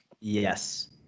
Yes